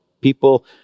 People